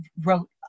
wrote